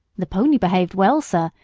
the pony behaved well, sir,